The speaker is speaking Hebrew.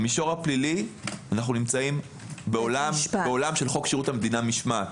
במישור הפלילי אנחנו נמצאים בעולם של חוק שירות המדינה משמעת.